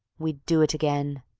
we'd do it again.